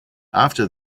after